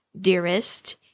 dearest